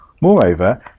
Moreover